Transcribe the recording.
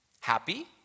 happy